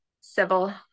Civil